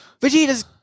Vegeta's